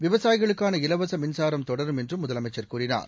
விவசாயிகளுக்கான இலவச மின்சாரம் தொடரும் என்றும் முதலமைச்சர் கூறினார்